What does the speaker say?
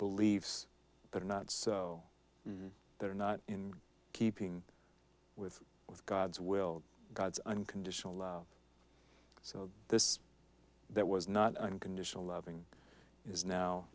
beliefs that are not so that are not in keeping with with god's will god's unconditional love so this that was not unconditional loving is now